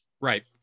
right